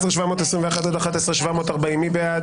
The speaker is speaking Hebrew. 11,721 עד 11,740, מי בעד?